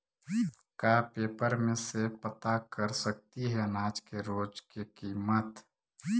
का पेपर में से पता कर सकती है अनाज के रोज के किमत?